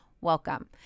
Welcome